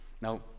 now